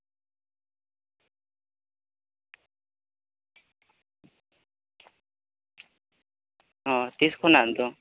ᱚ ᱛᱤᱥ ᱠᱷᱚᱱᱟᱜ ᱫᱚ